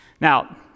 Now